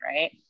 Right